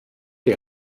die